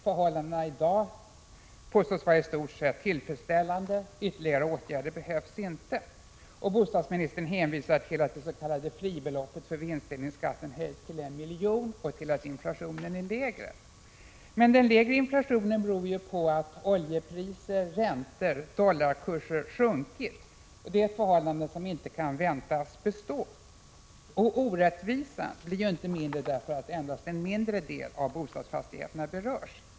Förhållandena i dag påstås vara i stort sett tillfredsställande. Ytterligare åtgärder behövs inte. ens betydelse för olika fastighetsägarkategorier Bostadsministern hänvisar till att det s.k. fribeloppet för vinstdelningsskatten höjts till 1 miljon och till att inflationen nu är lägre. Men den lägre inflationen beror ju på att oljepriser, räntor och dollarkurs har sjunkit — ett förhållande som inte kan väntas bestå. Dessutom blir orättvisan inte mindre därför att det endast är en mindre del av bostadsfastigheterna som berörs.